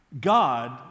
God